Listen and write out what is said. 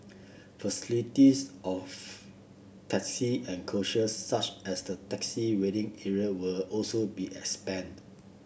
facilities of taxi and coaches such as the taxi waiting area will also be expanded